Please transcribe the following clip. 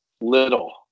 Little